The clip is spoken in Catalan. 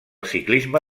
ciclisme